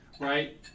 right